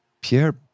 Pierre